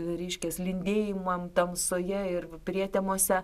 reiškias lindėjimam tamsoje ir prietemose